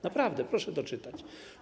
Naprawdę, proszę doczytać.